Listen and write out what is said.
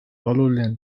oluline